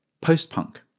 Post-punk